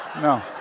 No